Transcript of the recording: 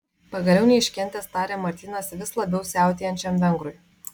pagaliau neiškentęs tarė martynas vis labiau siautėjančiam vengrui